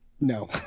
No